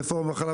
רפורמה בחלב.